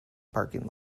parking